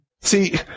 See